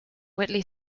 whitley